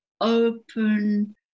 open